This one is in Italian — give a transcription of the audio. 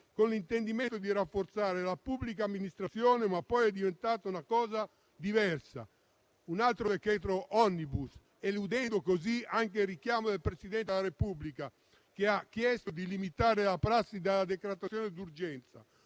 con l'intendimento di rafforzare la pubblica amministrazione, ma poi è diventato qualcosa di diverso, un altro decreto *omnibus,* eludendo così anche il richiamo del Presidente della Repubblica, che ha chiesto di limitare la prassi della decretazione d'urgenza,